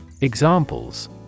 Examples